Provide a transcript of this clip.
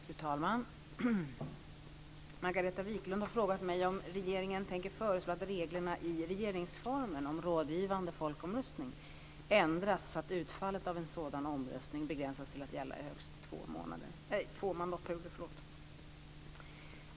Fru talman! Margareta Viklund har frågat mig om regeringen tänker föreslå att reglerna i regeringsformen om rådgivande folkomröstning ändras så att utfallet av en sådan omröstning begränsas till att gälla i högst två mandatperioder.